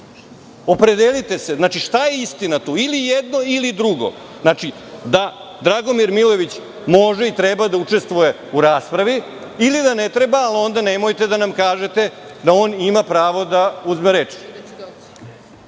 Opredelite se. Šta je istina tu? Ili jedno ili drugo. Znači, da Dragomir Milojević može i treba da učestvuje u raspravi, ili da ne treba, ali onda, nemojte da nam kažete da on ima pravo da uzme reč.